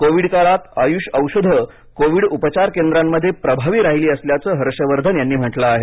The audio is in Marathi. कोविड काळात आयुष औषधं कोविड उपचार केंद्रांमध्ये प्रभावी राहिली असल्याचं हर्ष वर्धन यांनी म्हटलं आहे